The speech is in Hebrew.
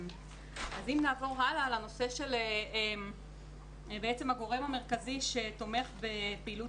אם נעבור הלאה לנושא של הגורם המרכזי שתומך בפעילות